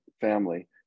family